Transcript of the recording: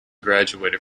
graduated